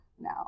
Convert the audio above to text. now